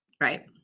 Right